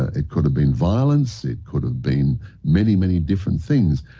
ah it could've been violence, it could've been many, many different things.